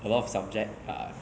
a lot of subject I've